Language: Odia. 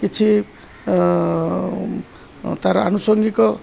କିଛି ତା'ର ଆନୁସଙ୍ଗିକ